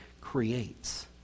creates